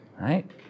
right